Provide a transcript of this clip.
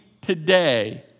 today